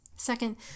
Second